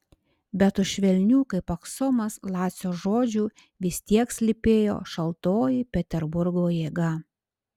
bet už švelnių kaip aksomas lacio žodžių vis tiek slypėjo šaltoji peterburgo jėga